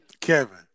Kevin